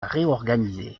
réorganiser